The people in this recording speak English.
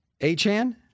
A-chan